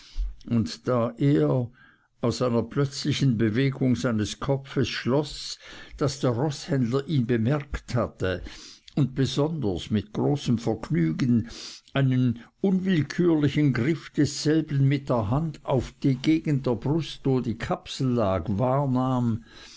und da er aus einer plötzlichen bewegung seines kopfes schloß daß der roßhändler ihn bemerkt hatte und besonders mit großem vergnügen einen unwillkürlichen griff desselben mit der hand auf die gegend der brust wo die kapsel lag